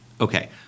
Okay